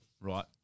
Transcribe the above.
Right